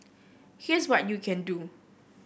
here's what you can do